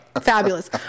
Fabulous